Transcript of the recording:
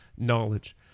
knowledge